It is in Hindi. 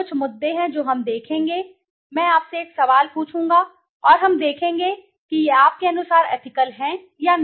कुछ मुद्दे हैं जो हम देखेंगे मैं आपसे कुछ सवाल पूछूंगा और हम देखेंगे कि ये आपके अनुसार एथिकल हैं या नहीं